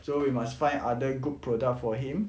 so we must find other good product for him